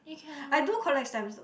I do collect stamps though